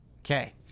Okay